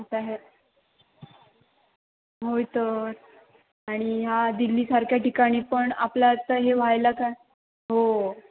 आता ह्या होय तर आणि ह्या दिल्लीसारख्या ठिकाणी पण आपलं आता हे व्हायला काय हो